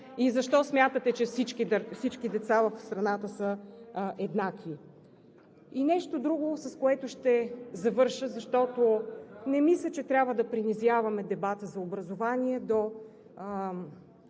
и защо смятате, че всички деца в страната са еднакви. Нещо друго, с което ще завърша, защото не мисля, че трябва да принизяваме дебата за образование до